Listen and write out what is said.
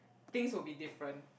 things would be different